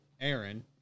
Aaron